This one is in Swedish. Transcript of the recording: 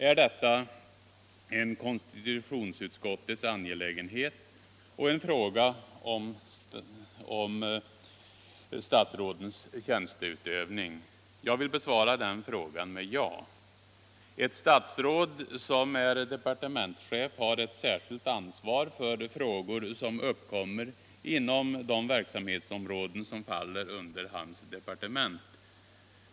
Är detta en konstitutionsutskottets angelägenhet och en fråga som rör statsrådens tjänsteutövning? Jag vill besvara den frågan med ja. Ett statsråd som är departementschef har ett särskilt ansvar för frågor som uppkommer inom de verksamhetsområden som faller under hans departement.